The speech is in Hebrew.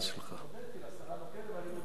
הודיתי לשרה נוקד, אבל אני מודה מקרב לב.